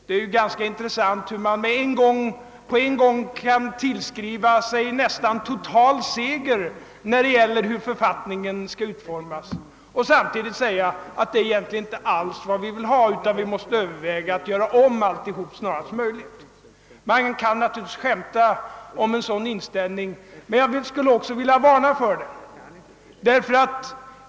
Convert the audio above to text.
Det är ganska intressant att man på en gång kan tillskriva sig nästan total seger vad beträffar författningens utformning och samtidigt säga: Detta är egentligen inte alls vad vi vill ha, utan vi måste överväga att göra om alltsammans snarast möjligt. Det går naturligtvis att skämta om en sådan inställning, men jag skulle också vilja varna för den.